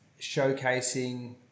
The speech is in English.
showcasing